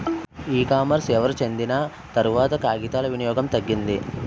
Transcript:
ఈ కామర్స్ ఎవరు చెందిన తర్వాత కాగితాల వినియోగం తగ్గింది